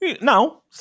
No